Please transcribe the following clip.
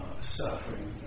suffering